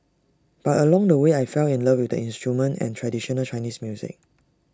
but along the way I fell in love with the instrument and traditional Chinese music